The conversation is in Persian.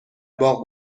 باغ